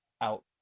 Out